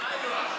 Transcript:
1 4